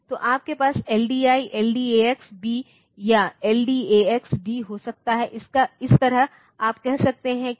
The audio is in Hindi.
तो आपके पास LDI LDAX B या LDAX D हो सकता है इस तरह आप कह सकते हैं कि